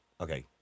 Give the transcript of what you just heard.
Okay